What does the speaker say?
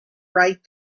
right